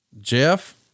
Jeff